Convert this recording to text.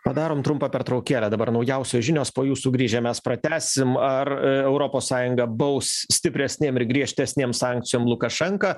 padarom trumpą pertraukėlę dabar naujausios žinios po jų sugrįžę mes pratęsim ar europos sąjunga baus stipresnėm ir griežtesnėm sankcijom lukašenką